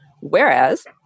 Whereas